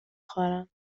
خورم